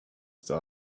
still